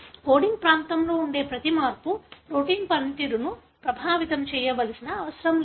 coding ప్రాంతంలో ఉండే ప్రతి మార్పు ప్రోటీన్ పనితీరును ప్రభావితం చేయాల్సిన అవసరం లేదు